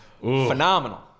phenomenal